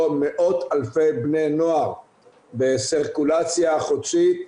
מאות אלפי בני נוער בסירקולציה חודשית,